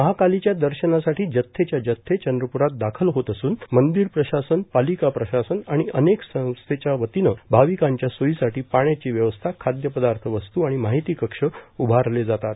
महाकालीच्या दर्शनासाठी जथेच्या जथ्थे चंद्रपुरात दाखल होत असून मंदिर प्रशासन पालिका प्रशासन आणि अनेक स्वयंसेवी संस्थेच्या वतीने भाविकांच्या सोयीसाठी पाण्याची व्यवस्था खाद्यपदार्थ वस्तू आणि माहिती कक्ष उभारले जातात